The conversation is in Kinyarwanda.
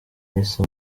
yahise